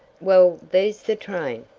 well, there's the train,